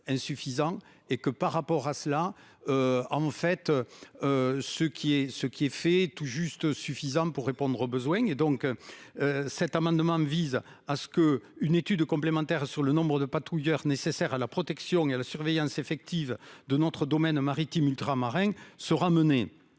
et que par rapport à cela. En fait. Ce qui est ce qui est fait tout juste suffisante pour répondre aux besoins et donc. Cet amendement vise à ce que une étude complémentaire sur le nombre de patrouilleurs nécessaires à la protection et à la surveillance effective de notre domaine maritime ultramarins se ramener